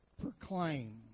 proclaim